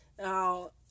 Now